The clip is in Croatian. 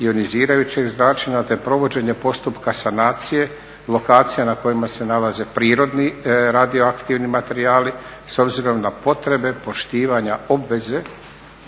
ionizirajućeg zračenja te provođenje postupka sanacije, lokacija na kojima se nalaze prirodni radioaktivni materijali s obzirom na potrebe poštivanja obveze